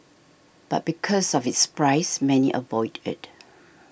but because of its price many avoid it